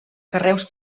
carreus